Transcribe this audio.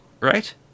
right